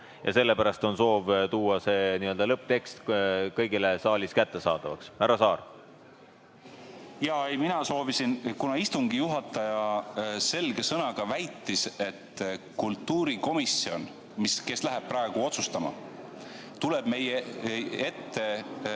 ja sellepärast on soov teha lõpptekst kõigile saalis kättesaadavaks. Härra Saar! Jaa, mina soovisin sõna, kuna istungi juhataja selge sõnaga väitis, et kultuurikomisjon, kes läheb praegu otsustama, tuleb meie ette